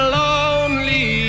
lonely